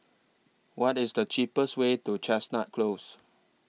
What IS The cheapest Way to Chestnut Close